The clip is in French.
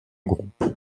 groupe